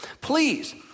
Please